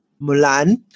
Mulan